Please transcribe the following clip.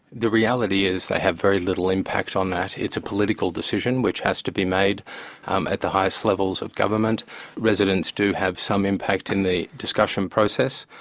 the reality is they have very little impact on that. it's a political decision which has to be made um at the highest levels of government residents do have some impact in the discussion process,